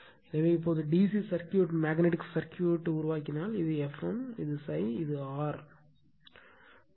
எனவே இப்போது DC circuit magnetic circuit உருவாக்கினால் இது Fm இது ∅ இது R